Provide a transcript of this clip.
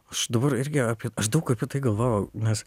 aš dabar irgi apie aš daug apie tai galvojau nes